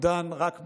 הוא דן רק ביולי.